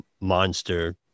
monster